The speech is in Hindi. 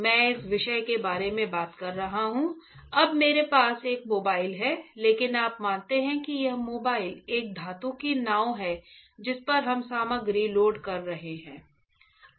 मैं इस विशेष के बारे में बात कर रहा हूं अब मेरे पास एक मोबाइल है लेकिन आप मानते हैं कि यह मोबाइल एक धातु की नाव है जिस पर हम सामग्री लोड कर रहे हैं